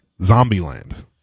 Zombieland